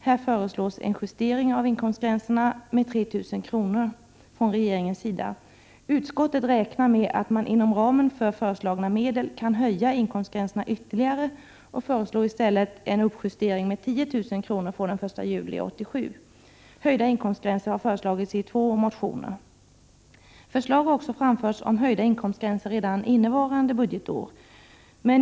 Här föreslås en justering av inkomstgränserna med 3 000 kr. Utskottet räknar med att man inom ramen för föreslagna medel kan höja inkomstgränserna ytterligare och föreslår i stället en uppjustering med 10 000 kr. från den 1 juli 1987. Höjda inkomstgränser har föreslagits i två motioner. Förslag har också framförts om höjda inkomstgränser redan innevarande budgetår.